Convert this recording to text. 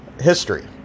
history